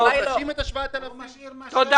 הוא משאיר מה שבא